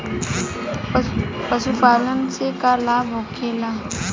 पशुपालन से का लाभ होखेला?